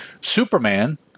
Superman